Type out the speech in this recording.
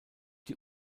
die